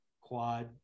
quad